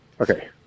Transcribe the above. Okay